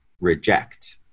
reject